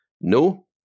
No